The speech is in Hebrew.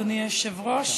אדוני היושב-ראש,